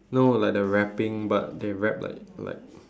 no like the rapping but they rap like like